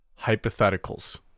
hypotheticals